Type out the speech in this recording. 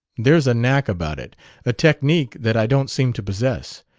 there's a knack about it a technique that i don't seem to possess.